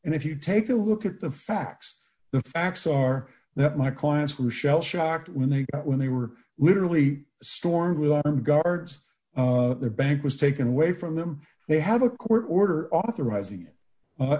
and if you take a look at the facts the facts are that my clients were shell shocked when they when they were literally stormed with armed guards their bank was taken away from them they have a court order authoriz